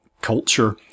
culture